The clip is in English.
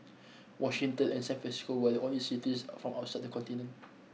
Washington and San Francisco were the only cities from outside the continent